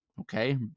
okay